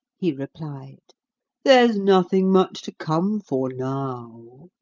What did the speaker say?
he replied there's nothing much to come for now.